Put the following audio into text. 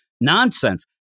nonsense